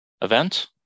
event